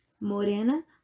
Morena